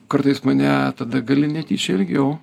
kartais mane tada gali netyčia ilgiau